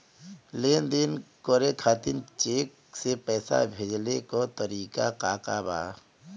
लेन देन करे खातिर चेंक से पैसा भेजेले क तरीकाका बा?